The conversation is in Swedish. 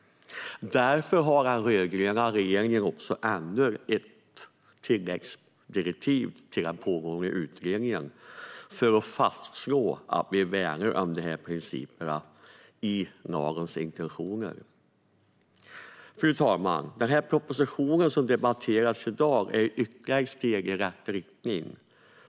Därför har den rödgröna regeringen lämnat ett tilläggsdirektiv till den pågående utredningen för att fastslå att vi värnar om principerna i lagens intentioner. Fru talman! Den proposition som debatteras i dag är ytterligare ett steg i rätt riktning.